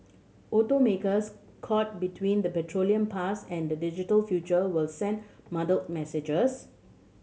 automakers caught between the petroleum past and the digital future will send muddled messages